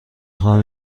خواهم